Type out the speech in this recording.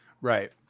Right